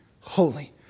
holy